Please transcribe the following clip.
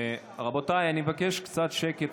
רבותיי, אני מבקש קצת שקט.